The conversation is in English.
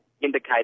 indicate